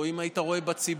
או אם היית רואה בציבור,